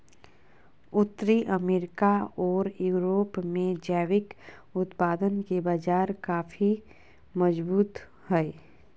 उत्तरी अमेरिका ओर यूरोप में जैविक उत्पादन के बाजार काफी मजबूत हइ